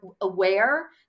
aware